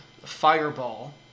fireball